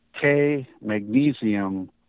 K-magnesium